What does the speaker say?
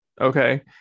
Okay